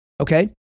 okay